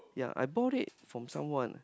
yea I bought it from someone